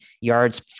yards